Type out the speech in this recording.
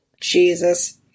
Jesus